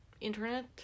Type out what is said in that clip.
internet